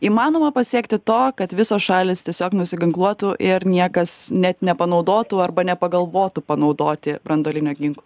įmanoma pasiekti to kad visos šalys tiesiog nusiginkluotų ir niekas net nepanaudotų arba nepagalvotų panaudoti branduolinio ginklo